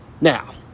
Now